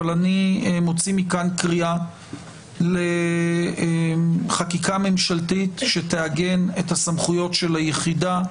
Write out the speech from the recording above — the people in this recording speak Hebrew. אבל אני מוציא מכאן קריאה לחקיקה ממשלתית שתעגן את הסמכויות של היחידה,